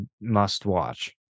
must-watch